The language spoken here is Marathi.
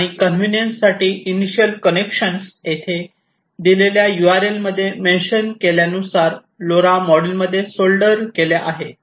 आणि कॉन्वेंईन्स साठी ईनीशीयल कनेक्शन येथे दिलेल्या URL मध्ये मेन्शन केल्यानुसार लोरा मॉड्यूल मध्ये सोल्डर केल्या आहेत